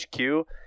hq